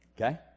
Okay